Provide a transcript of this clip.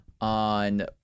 On